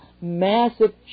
massive